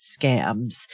scams